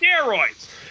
steroids